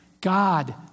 God